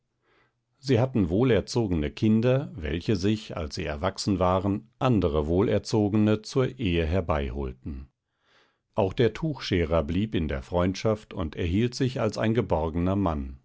sie hatten wohlerzogene kinder welche sich als sie erwachsen waren andere wohlerzogene zur ehe herbeiholten auch der tuchscherer blieb in der freundschaft und erhielt sich als ein geborgener mann